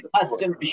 Custom